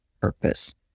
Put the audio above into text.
purpose